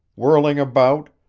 whirling about,